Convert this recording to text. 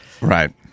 Right